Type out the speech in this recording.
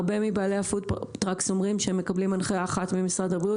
רבים מבעלי הפוד-טראקס אומרים שהם מקבלים הנחיה אחת ממשרד הבריאות